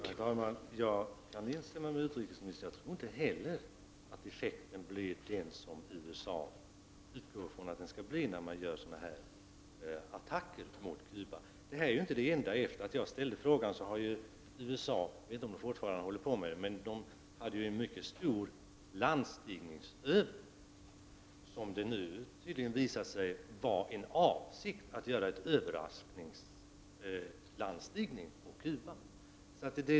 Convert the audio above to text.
Herr talman! Jag kan instämma med utrikesministern. Jag tror inte heller att effekten blir den som USA utgår ifrån när USA gör den här typen av attacker mot Cuba. Det här är inte det enda som har hänt sedan jag ställde frågan. Det har visat sig att USA när det gäller Cuba har genomfört en mycket stor landstigningsövning och att avsikten tydligen var att övningen skulle ha överraskningskaraktär. Jag vet inte om övningen fortfarande pågår.